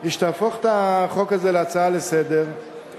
היא שתהפוך את החוק הזה להצעה לסדר-היום,